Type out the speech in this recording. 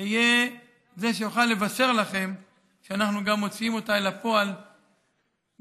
אהיה זה שיוכל לבשר לכם שאנחנו גם מוציאים אותה לפועל במלואה.